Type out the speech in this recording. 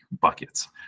buckets